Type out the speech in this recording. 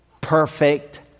perfect